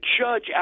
judge